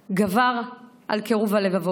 גבר על קירוב הלבבות.